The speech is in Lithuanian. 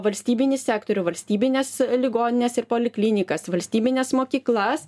valstybinį sektorių valstybines ligonines ir poliklinikas valstybines mokyklas